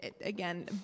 again